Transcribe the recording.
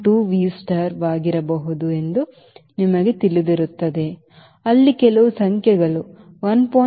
2 V star ವಾಗಿರಬಹುದು ಎಂದು ನಿಮಗೆ ತಿಳಿದಿರುತ್ತದೆ ಅಲ್ಲಿ ಕೆಲವು ಸಂಖ್ಯೆಗಳು 1